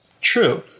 true